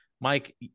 Mike